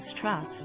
Trust